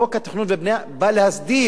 חוק התכנון והבנייה בא להסדיר,